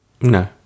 No